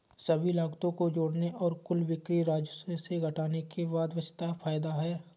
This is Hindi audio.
सभी लागतों को जोड़ने और कुल बिक्री राजस्व से घटाने के बाद बचता है फायदा है